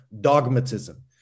dogmatism